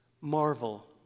marvel